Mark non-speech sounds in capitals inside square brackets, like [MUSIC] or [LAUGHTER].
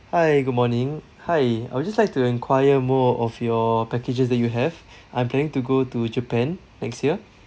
hi good morning hi I would just like to enquire more of your packages that you have [BREATH] I'm planning to go to japan next year